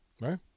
Right